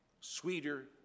Sweeter